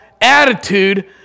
attitude